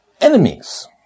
Enemies